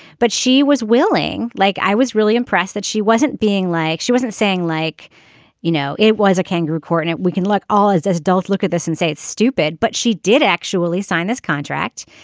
but she was willing like i was really impressed that she wasn't being like she wasn't saying like you know it was a kangaroo court and it we can look all as an adult look at this and say it's stupid but she did actually sign this contract.